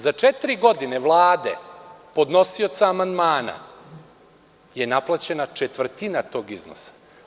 Za četiri godine vlade podnosioca amandmana je naplaćena četvrtina tog iznosa.